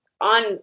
on